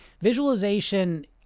visualization